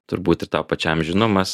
turbūt ir tau pačiam žinomas